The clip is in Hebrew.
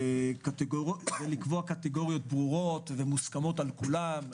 לקבוע קטגוריות ברורות ומוסכמות על כולם,